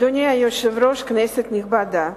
אדוני היושב-ראש, כנסת נכבדה,